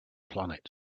planet